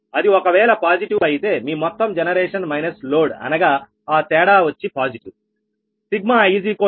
అది ఒకవేళ పాజిటివ్ అయితే మీ మొత్తం జనరేషన్ మైనస్ లోడ్అనగా ఆ తేడా వచ్చిపాజిటివ్